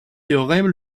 théorème